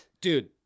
Dude